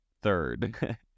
third